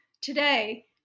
today